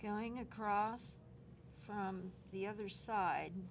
going across from the other side